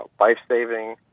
life-saving